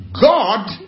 God